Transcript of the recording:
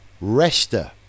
Resta